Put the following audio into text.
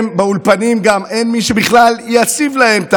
גם באולפנים אין מי שבכלל יציב להם את